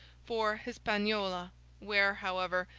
for hispaniola where, however,